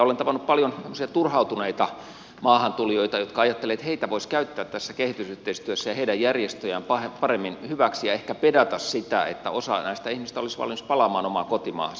olen tavannut paljon tämmöisiä turhautuneita maahantulijoita jotka ajattelevat että heitä ja heidän järjestöjään voisi käyttää tässä kehitysyhteistyössä paremmin hyväksi ja ehkä pedata sitä että osa näistä ihmisistä olisi valmis palaamaan omaan kotimaahansa